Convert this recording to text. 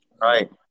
Right